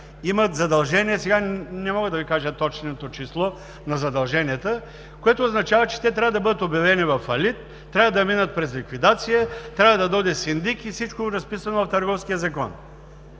имат задължения, не мога сега да Ви кажа точното число на задълженията, което означава, че те трябва да бъдат обявени във фалит, трябва да минат през ликвидация, трябва да дойде синдик и всичко, което е разписано в Търговския закон?